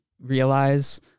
realize